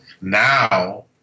Now